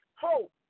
hope